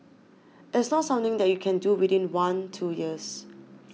it's not something that you can do within one two years